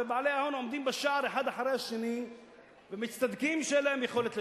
ובעלי ההון עומדים בשער אחד אחרי השני ומצטדקים שאין להם יכולת לשלם.